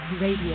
Radio